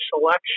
selection